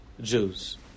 Jews